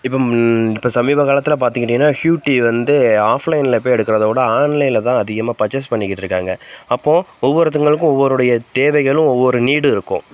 இப்போ இப்போ சமீபக்காலத்தில் பார்த்துக்கிட்டிங்கனா ஹூடி வந்து ஆஃப்லைனில் போய் எடுக்குறதவிட ஆன்லைன்ல தான் அதிகமாக பர்சேஸ் பண்ணிக்கிட்டு இருக்காங்க அப்போ ஒவ்வொருத்தங்களுக்கும் ஒவ்வொருடைய தேவைகளும் ஒவ்வொரு நீடு இருக்கும்